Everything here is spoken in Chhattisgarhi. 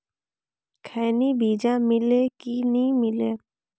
खैनी बिजा मिले कि नी मिले?